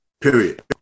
Period